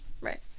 right